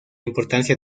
importancia